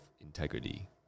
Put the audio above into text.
integrity